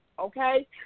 Okay